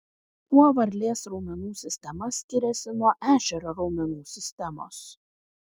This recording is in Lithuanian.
kuo varlės raumenų sistema skiriasi nuo ešerio raumenų sistemos